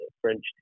French